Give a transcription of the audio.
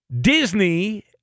Disney